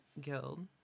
Guild